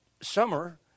summer